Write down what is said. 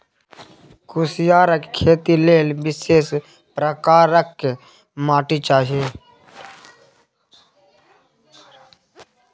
कुसियारक खेती लेल विशेष प्रकारक माटि चाही